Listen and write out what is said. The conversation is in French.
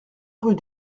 rue